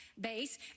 Base